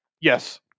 Yes